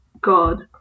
God